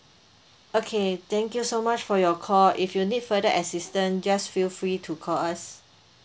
okay thank you so much for your call if you need further assistance just feel free to call us